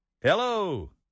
Hello